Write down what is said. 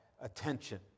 attention